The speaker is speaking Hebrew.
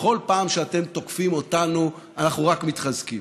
בכל פעם שאתם תוקפים אותנו, אנחנו רק מתחזקים.